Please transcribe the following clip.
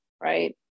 right